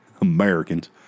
Americans